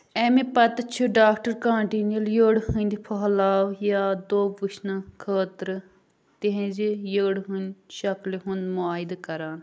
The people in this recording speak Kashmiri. اَمہِ پتہٕ چھُ ڈاکٹر كاٹیٖنِل یٔڈ ہٕنٛدِ پھٔہلاؤ یا دوٚب وٕچھنہٕ خٲطرٕ تِہنزِ یٔڈ ہنز شكلہِ ہٗند مٗعایدٕ كران